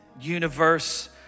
universe